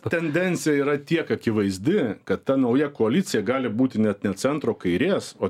tendencija yra tiek akivaizdi kad ta nauja koalicija gali būti net ne centro kairės o